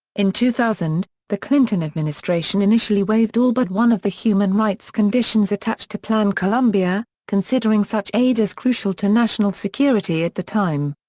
in two thousand, the clinton administration initially waived all but one of the human rights conditions attached to plan colombia, considering such aid as crucial to national security at the time.